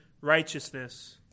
righteousness